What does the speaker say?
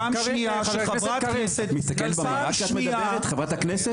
פעם שנייה שחברת הכנסת -- את מסתכלת במראה כשאת מדברת חברת הכנסת?